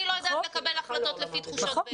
אני לא יודעת לקבל החלטות לפי תחושות בטן.